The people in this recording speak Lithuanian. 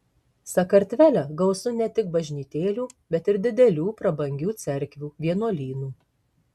sakartvele gausu ne tik bažnytėlių bet ir didelių prabangių cerkvių vienuolynų